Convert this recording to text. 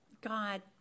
God